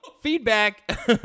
Feedback